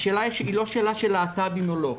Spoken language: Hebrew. והיא לא שאלה של להט"בים או לא.